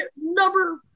number